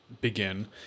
begin